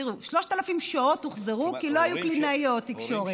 3,000 שעות הוחזרו כי לא היו קלינאיות תקשורת.